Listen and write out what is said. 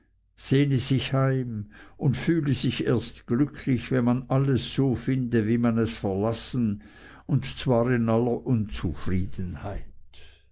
sehne sich heim und fühle sich erst glücklich wenn man alles so finde wie man es verlassen und zwar in aller unzufriedenheit